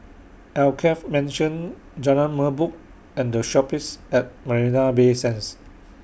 Alkaff Mansion Jalan Merbok and The Shoppes At Marina Bay Sands